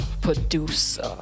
producer